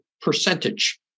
percentage